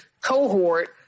cohort